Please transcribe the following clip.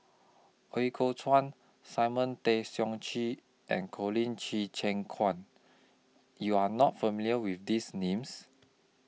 Ooi Kok Chuan Simon Tay Seong Chee and Colin Qi Chim Quan YOU Are not familiar with These Names